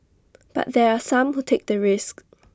but there are some who take the risk